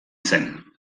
zen